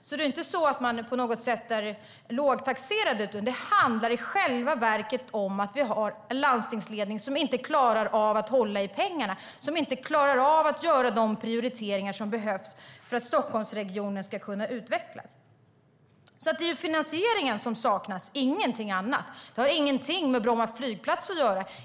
Man är alltså inte lågtaxerad, utan det handlar i själva verket om att vi har en landstingsledning som inte klarar av att hålla i pengarna eller att göra de prioriteringar som behövs för att Stockholmsregionen ska kunna utvecklas. Det är alltså finansieringen som saknas, ingenting annat. Det har ingenting med Bromma flygplats att göra.